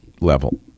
level